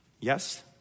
Yes